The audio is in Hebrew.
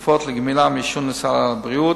ותרופות לגמילה מעישון לסל הבריאות,